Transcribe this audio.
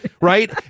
right